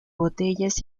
botellas